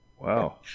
Wow